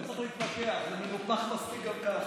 שטרן, לא צריך להתמקח, זה מנופח מספיק גם ככה.